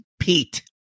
Pete